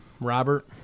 Robert